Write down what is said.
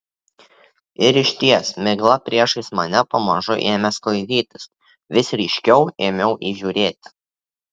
ir išties migla priešais mane pamažu ėmė sklaidytis vis ryškiau ėmiau įžiūrėti